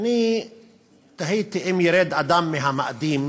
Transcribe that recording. ואני תהיתי: אם ירד אדם מהמאדים,